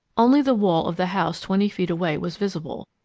only the wall of the house twenty feet away was visible,